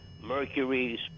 Mercury's